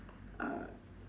uh